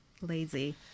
lazy